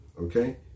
Okay